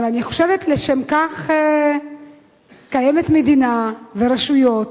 אבל אני חושבת שלשם כך קיימות מדינה ורשויות,